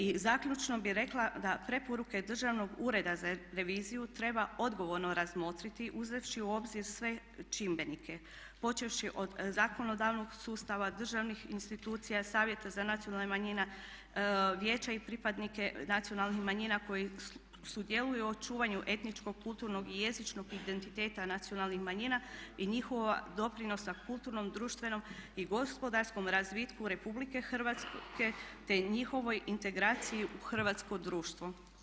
I zaključno bih rekla da preporuke Državnog ureda za reviziju treba odgovorno razmotriti uzevši u obzir sve čimbenike, počevši od zakonodavnog sustava, državnih institucija, Savjeta za nacionalne manjine, vijeća i pripadnike nacionalnih manjina koji sudjeluju u očuvanju etničkog, kulturnog i jezičnog identiteta nacionalnih manjina i njihova doprinosa kulturnom, društvenom i gospodarskom razvitku Republike Hrvatske te njihovoj integraciji u hrvatsko društvo.